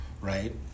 right